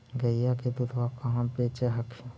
गईया के दूधबा कहा बेच हखिन?